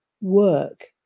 work